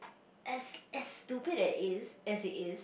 as as stupid as is as it is